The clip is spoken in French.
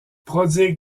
prodigue